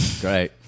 Great